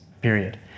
period